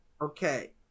okay